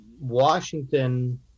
Washington